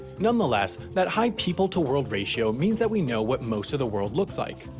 nonetheless, that high people to world ratio means that we know what most of the world looks like.